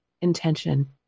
intention